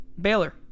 Baylor